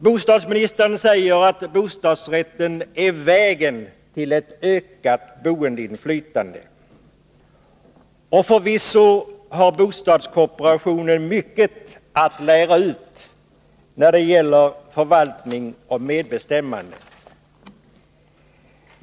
Bostadsministern säger att bostadsrätten är vägen till ett ökat boendeinflytande, och förvisso har bostadskooperationen mycket att lära ut när det gäller förvaltning och medbestämmande.